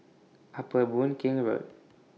Upper Boon Keng Road